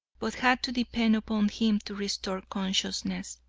but had to depend upon him to restore consciousness.